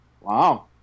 Wow